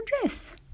dress